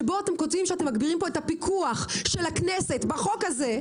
שבו אתם כותבים שאתם מגבירים את הפיקוח של הכנסת בחוק הזה,